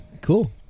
Cool